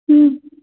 ம்